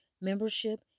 membership